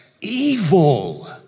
evil